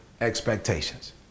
expectations